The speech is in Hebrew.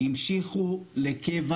המשיכו לקבע.